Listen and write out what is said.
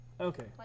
Okay